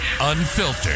Unfiltered